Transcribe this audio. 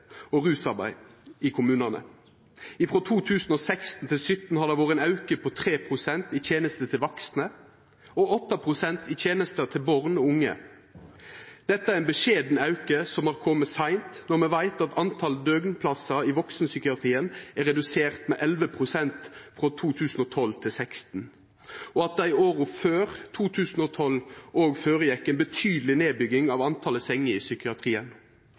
og rusarbeid i kommunene. Fra 2016–2017 har det vært en økning på 3 pst. i tjenester til voksne, og 8 pst. i tjenester til barn og unge. Dette er en beskjeden økning som har kommet sent, når vi vet at antall døgnplasser i voksenpsykiatrien er redusert med 11 pst. fra 2012 til 2016, og at det i årene før 2012 også foregikk en betydelig nedbygging av antallet senger i psykiatrien.